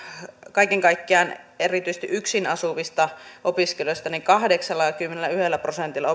kaiken kaikkiaan erityisesti yksin asuvista opiskelijoista kahdeksallakymmenelläyhdellä prosentilla